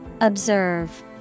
Observe